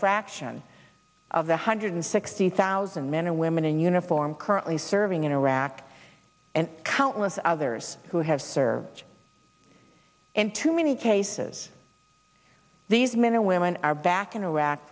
fraction of the hundred sixty thousand men and women in uniform currently serving in iraq and countless others who have served in too many cases these men or women are back in